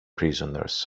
prisoners